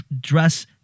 dress